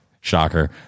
Shocker